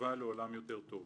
לתקווה לעולם יותר טוב.